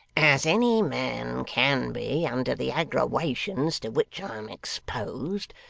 as any man can be under the aggrawations to which i am exposed.